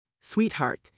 Sweetheart